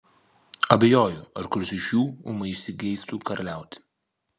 abejoju ar kuris iš jų ūmai įsigeistų karaliauti